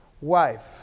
wife